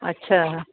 अछा